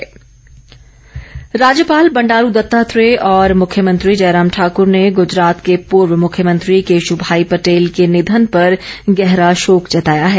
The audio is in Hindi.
निधन राज्यपाल बंडारू दत्तात्रेय और मुख्यमंत्री जयराम ठाकर ने गूजरात के पूर्व मुख्यमंत्री केश्भाई पटेल के निधन पर गहरा शोक जताया है